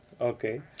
Okay